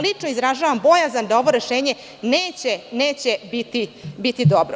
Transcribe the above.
Lično izražavam bojazan da ovo rešenje neće biti dobro.